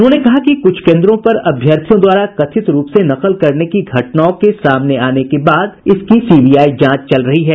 उन्होंने कहा कि कुछ केन्द्रों पर अभ्यर्थियों द्वारा कथित रूप से नकल करने की घटनाओं के सामने आने के बाद इसकी सीबीआई जांच चल रही है